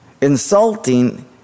insulting